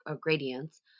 gradients